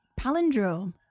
palindrome